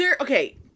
Okay